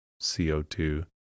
CO2